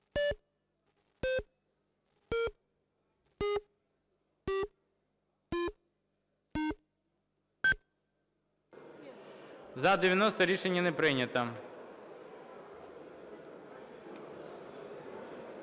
За-90 Рішення не прийнято.